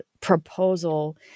proposal